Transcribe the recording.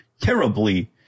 terribly